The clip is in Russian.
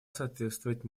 соответствовать